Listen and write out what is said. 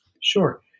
Sure